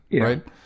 right